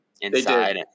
Inside